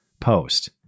post